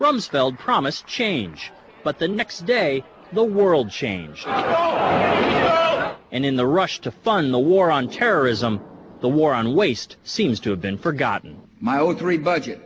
rumsfeld promised change but the next day the world changed and in the rush to fund the war on terrorism the war on waste seems to have been forgotten my all three budget